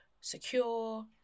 secure